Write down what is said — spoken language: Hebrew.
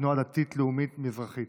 תנועה דתית לאומית מזרחית.